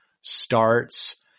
starts